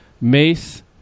Mace